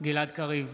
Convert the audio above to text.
גלעד קריב,